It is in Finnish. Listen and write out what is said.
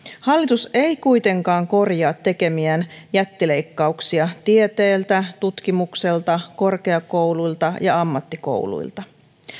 hallitus ei kuitenkaan korjaa tekemiään jättileikkauksia tieteeltä tutkimukselta korkeakouluilta ja ammattikouluilta